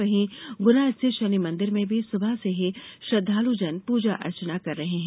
वहीं गुना स्थित शनि मंदिर में भी सुबह से ही श्रद्धालुजन पूजा अर्चना कर रहे हैं